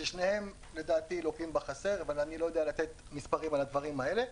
ששניהם לדעתי לוקים בחסר אבל אני לא יודע לתת מספרים על הדברים האלה.